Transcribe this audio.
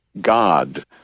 God